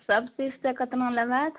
सब चीजके केतना लगत